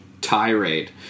tirade